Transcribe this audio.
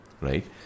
Right